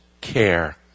care